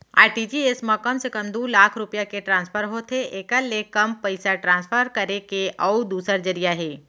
RTGS म कम से कम दू लाख रूपिया के ट्रांसफर होथे एकर ले कम पइसा ट्रांसफर करे के अउ दूसर जरिया हे